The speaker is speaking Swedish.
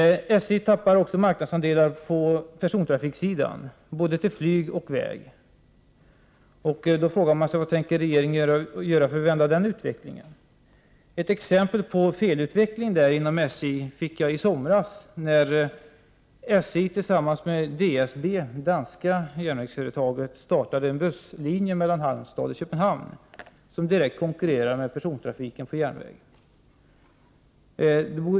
SJ tappar också marknadsandelar på persontrafiksidan, både till flyg och till väg. Då frågar man sig vad regeringen tänker göra för att vända den utvecklingen. Ett exempel på felutveckling inom SJ fick jag i somras när SJ tillsammans med DSB, det danska järnvägsföretaget, startade en busslinje mellan Halmstad och Köpenhamn som direkt konkurrerar med persontrafiken på järnväg.